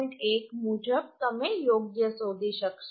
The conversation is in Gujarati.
1 મુજબ તમે યોગ્ય શોધી શકશો